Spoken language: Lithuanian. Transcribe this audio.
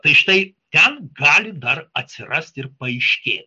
tai štai ten gali dar atsirasti ir paaiškėt